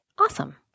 awesome